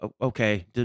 Okay